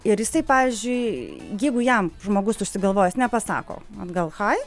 ir jisai pavyzdžiui jeigu jam žmogus užsigalvojęs nepasako atgal hai